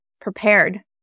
prepared